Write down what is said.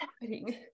happening